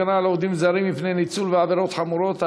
הגנה על עובדים זרים מפני ניצול ועבירות חמורות),